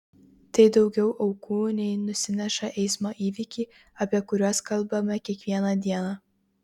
tai daugiau aukų nei nusineša eismo įvykiai apie kuriuos kalbame kiekvieną dieną